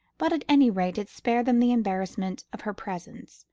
but at any rate it spared them the embarrassment of her presence,